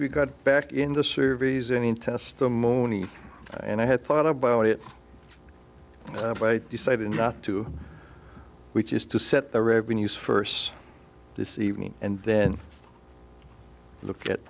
we got back in the surveys any testimony and i had thought about it but decided not to which is to set the revenues first this evening and then look at